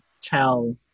tell